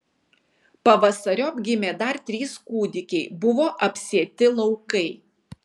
pavasariop gimė dar trys kūdikiai buvo apsėti laukai